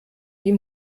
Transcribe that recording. die